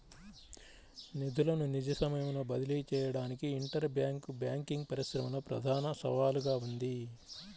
నిధులను నిజ సమయంలో బదిలీ చేయడానికి ఇంటర్ బ్యాంక్ బ్యాంకింగ్ పరిశ్రమలో ప్రధాన సవాలుగా ఉంది